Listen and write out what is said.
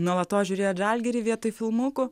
nuolatos žiūrėjot žalgirį vietoj filmukų